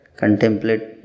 contemplate